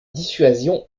dissuasion